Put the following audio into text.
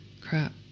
crap